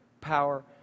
Power